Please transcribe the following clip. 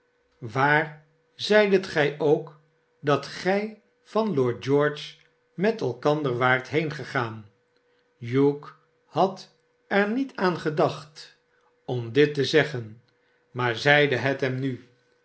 swaar zeidet gij ook dat gij van lord george met elkander waart heengegaan hugh had er niet aan gedacht om dit te zeggen maar zeide het hem nu